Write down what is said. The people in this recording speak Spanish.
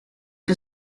que